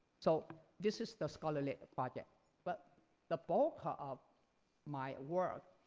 so this is the scholarly project but the bulk of my work